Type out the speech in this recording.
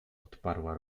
odparła